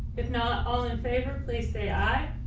if not all in favor, please say aye.